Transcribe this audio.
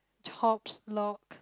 chops log